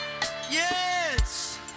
Yes